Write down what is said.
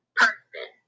person